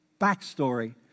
backstory